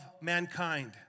mankind